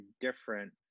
different